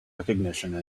recognition